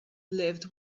lived